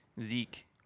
Zeke